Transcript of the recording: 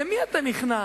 למי אתה נכנע?